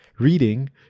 reading